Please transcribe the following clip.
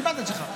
קיבלת את שלך.